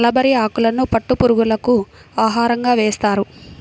mulberry ఆకులను పట్టు పురుగులకు ఆహారంగా వేస్తారు